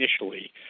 initially